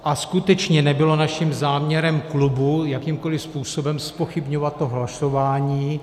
A skutečně nebylo naším záměrem klubu jakýmkoli způsobem zpochybňovat hlasování.